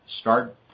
start